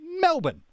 Melbourne